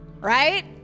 right